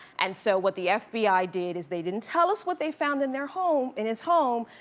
and so what the fbi did is they didn't tell us what they found in their home, in his home,